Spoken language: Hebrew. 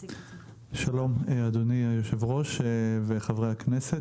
שלום, אדוני היושב-ראש וחברי הכנסת.